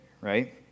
right